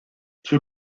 zur